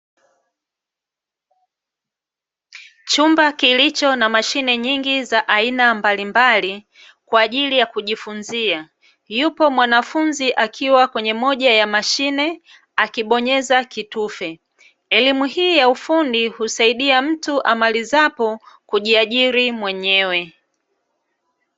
Chumba kilicho na mashine nyingi za aina mbalimbali kwa ajili ya kujifunza, yupo mwanafunzi akiwa kwenye moja ya mashine akibonyeza kitufe, elimu hii ya ufundi husaidia mtu amalizapo kujiajiri mwenyewe.